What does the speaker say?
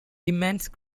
immense